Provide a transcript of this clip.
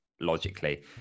logically